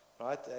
right